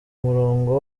murongo